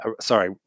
sorry